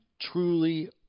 truly